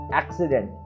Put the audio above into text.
accident